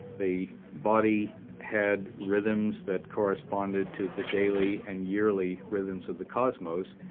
the body had rhythms that corresponded to the daily and yearly rhythms of the cosmos.